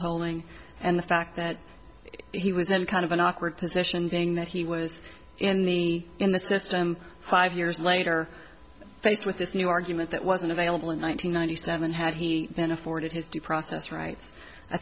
tolling and the fact that he was in kind of an awkward position being that he was in the in the system five years later faced with this new argument that wasn't available in one thousand nine hundred seven had he been afforded his due process rights i